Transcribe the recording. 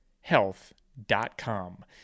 health.com